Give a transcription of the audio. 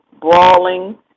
brawling